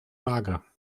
mager